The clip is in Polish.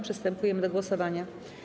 Przystępujemy do głosowania.